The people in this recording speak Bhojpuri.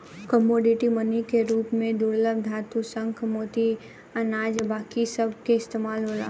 कमोडिटी मनी के रूप में दुर्लभ धातु, शंख, मोती, अनाज बाकी सभ के इस्तमाल होला